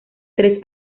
tres